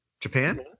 Japan